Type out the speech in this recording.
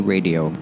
Radio